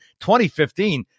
2015